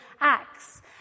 Acts